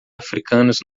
africanos